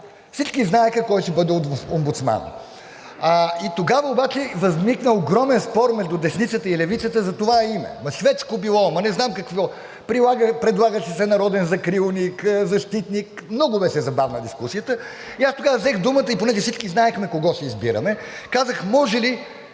Всички знаеха кой ще бъде омбудсманът. Тогава обаче възникна огромен спор между Десницата и Левицата за това име – ама шведско било, ама не знам какво. Предлагаше се – народен закрилник, защитник, много беше забавна дискусията. И аз тогава взех думата, и понеже всички знаехме кого ще избираме, казах: „Може ли